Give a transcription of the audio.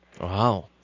Wow